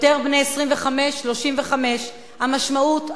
יותר בני 25 35. המשמעות,